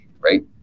right